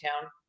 town